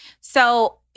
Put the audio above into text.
So-